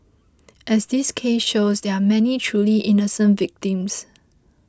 as this case shows there are many truly innocent victims